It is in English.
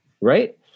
Right